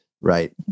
right